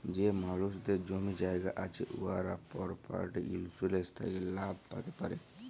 যে মালুসদের জমি জায়গা আছে উয়ারা পরপার্টি ইলসুরেলস থ্যাকে লাভ প্যাতে পারে